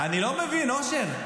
אני לא מבין, אושר.